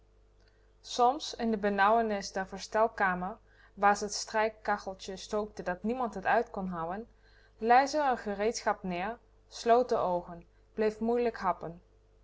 soms in de benauwenis der verstelkamer waar ze t strijkkacheltje stookte dat niemand t uit kon houen lei ze r gereedschap neer sloot de oogen bleef moeilijk happen